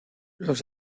los